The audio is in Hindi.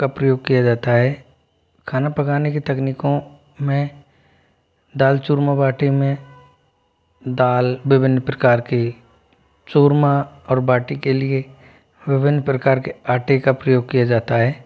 का प्रयोग किया जाता है खाना पकाने की तकनीकों में दाल चूरमा बाटी में दाल विभिन्न प्रकार की चूरमा और बाटी के लिए विभिन्न प्रकार के आटे का प्रयोग किया जाता है